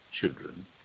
children